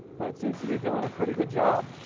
but it seems to be doing a pretty good job.